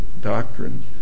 doctrine